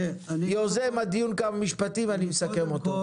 יוזם הדיון כמה משפטים ואני מסכם אותו.